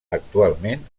actualment